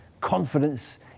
confidence